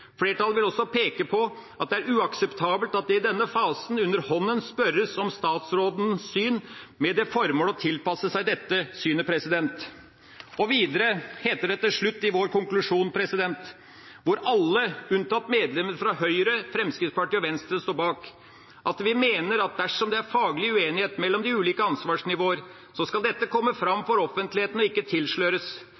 Flertallet vil også peke på at det er uakseptabelt at det i denne fasen underhånden spørres om statsrådens syn, med det formål å tilpasse seg dette synet. Videre heter det til slutt i vår konklusjon, som alle, unntatt medlemmene fra Høyre, Fremskrittspartiet og Venstre, står bak, at vi mener at dersom det er faglig uenighet mellom de ulike ansvarsnivåer, så skal dette komme fram for offentligheten og ikke tilsløres.